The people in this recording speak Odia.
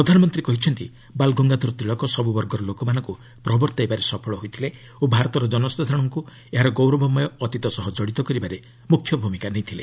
ପ୍ରଧାନମନ୍ତ୍ରୀ କହିଛନ୍ତି ବାଲ୍ ଗଙ୍ଗାଧର ତିଲକ ସବୁବର୍ଗର ଲୋକମାନଙ୍କୁ ପ୍ରବର୍ତ୍ତାଇବାରେ ସଫଳ ହୋଇଥିଲେ ଓ ଭାରତର ଜନସାଧାରଣଙ୍କୁ ଏହାର ଗୌରବମୟ ଅତୀତ ସହ ଜଡ଼ିତ କରିବାରେ ମୁଖ୍ୟ ଭୂମିକା ନେଇଥିଲେ